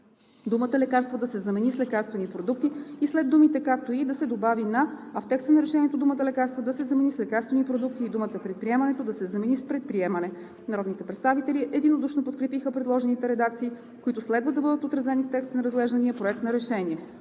думата „лекарства“ да се замени с „лекарствени продукти“ и след думите „както и“ да се добави „на“, а в текста на решението думата „лекарства“ да се замени с „лекарствени продукти“ и думата „предприемането“ да се замени с „предприемане“. Народните представители единодушно подкрепиха предложените редакции, които следва да бъдат отразени в текста на разглеждания проект на решение.